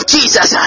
Jesus